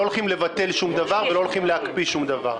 לא הולכים לבטל שום דבר ולא הולכים להקפיא שום דבר,